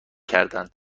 کردند